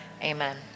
Amen